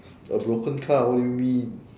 a broken car what do you mean